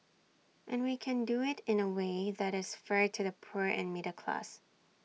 and we can do IT in A way that is fair to the poor and middle class